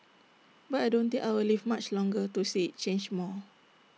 but I don't think I'll live much longer to see change more